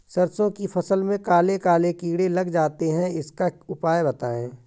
सरसो की फसल में काले काले कीड़े लग जाते इसका उपाय बताएं?